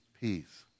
peace